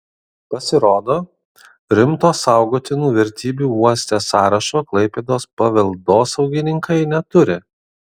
pasirodo rimto saugotinų vertybių uoste sąrašo klaipėdos paveldosaugininkai neturi